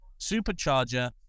supercharger